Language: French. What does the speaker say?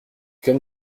comme